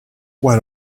why